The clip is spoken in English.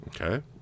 Okay